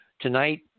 tonight